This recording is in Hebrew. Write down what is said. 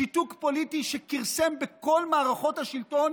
שיתוק פוליטי שכרסם בכל מערכות השלטון,